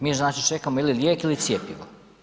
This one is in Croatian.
Mi znači čekamo ili lijek ili cjepivo.